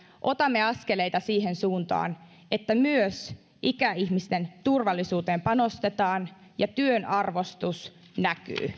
otamme askeleita siihen suuntaan että myös ikäihmisten turvallisuuteen panostetaan ja työn arvostus näkyy